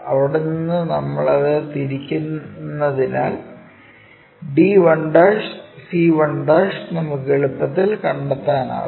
അവിടെ നിന്ന് നമ്മൾ അത് തിരിക്കുന്നതിനാൽ d1' c1' നമുക്ക് എളുപ്പത്തിൽ കണ്ടെത്താനാകും